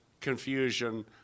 confusion